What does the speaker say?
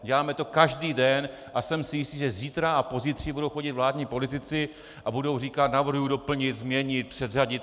Děláme to každý den a jsem si jistý, že zítra a pozítří budou chodit vládní politici a budou říkat: navrhuji doplnit, změnit, předřadit.